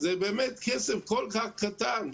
זה באמת כסף כל כך קטן.